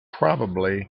probably